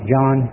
John